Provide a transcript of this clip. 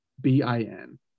B-I-N